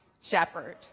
shepherd